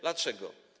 Dlaczego?